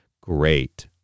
Great